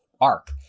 arc